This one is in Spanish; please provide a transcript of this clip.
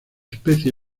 especie